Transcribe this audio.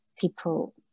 people